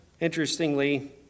interestingly